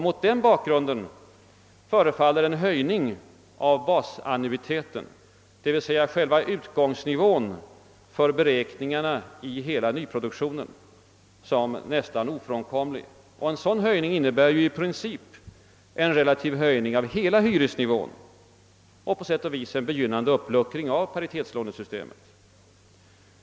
Mot den bakgrunden förefaller en höjning av basannuiteten — dvs. själva utgångsnivån för beräkningarna i hela nyproduktionen — som nästan ofrånkomlig. En sådan höjning innebär ju i princip en relativ höjning av hela hyresnivån och på sätt och vis en begynnande uppluckring av paritetslånesystemet.